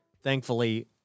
thankfully